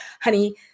honey